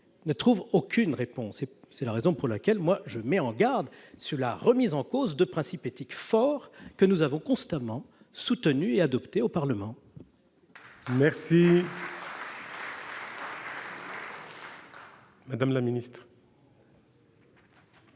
ne trouve aucune réponse. C'est la raison pour laquelle je mets en garde contre la remise en cause de principes éthiques forts, que nous avons constamment soutenus et adoptés au Parlement. La parole est à Mme la ministre.